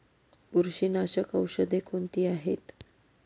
बुरशीनाशक औषधे कोणती आहेत?